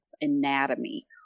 anatomy